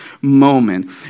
moment